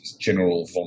General